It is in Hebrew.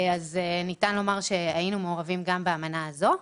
ניתן לומר שהיינו מעורבים גם באמנה הזאת.